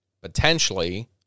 potentially